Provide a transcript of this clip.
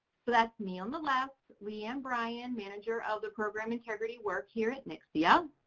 so that's me on the left, leigh ann bryan, manager of the program integrity work here at ncsia.